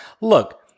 look